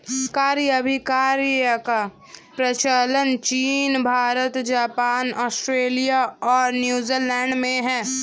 क्रय अभिक्रय का प्रचलन चीन भारत, जापान, आस्ट्रेलिया और न्यूजीलैंड में है